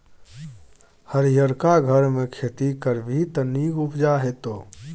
हरियरका घरमे खेती करभी त नीक उपजा हेतौ